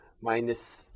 minus